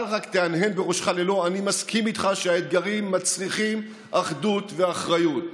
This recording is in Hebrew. רק אל תהנהן בראשך "לא" אני מסכים איתך שהאתגרים מצריכים אחדות ואחריות.